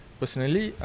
personally